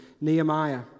Nehemiah